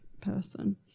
person